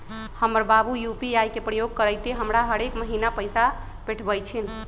हमर बाबू यू.पी.आई के प्रयोग करइते हमरा हरेक महिन्ना पैइसा पेठबइ छिन्ह